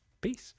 peace